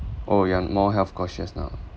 oh you are more health conscious now